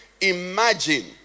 imagine